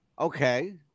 Okay